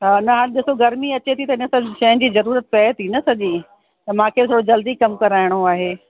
हा न हाणे ॾिसो गर्मी अचे थी त हिन सभु शयुनि जी ज़रूरत पिए थी न सॼी त मांखे थोरो जल्दी कमु कराइणो आहे